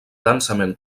densament